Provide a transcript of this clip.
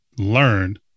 learn